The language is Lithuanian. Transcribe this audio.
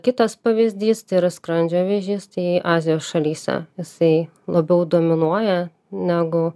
kitas pavyzdys tai yra skrandžio vėžys tai azijos šalyse jisai labiau dominuoja negu